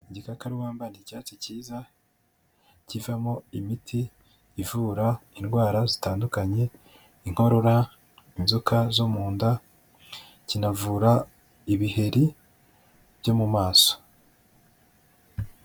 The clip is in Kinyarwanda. Igikakarubamba ni icyatsi cyiza, kivamo imiti ivura indwara zitandukanye inkorora, inzoka zo mu nda, kinavura ibiheri byo mu maso.